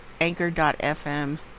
anchor.fm